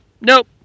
Nope